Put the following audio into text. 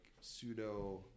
pseudo